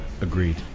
agreed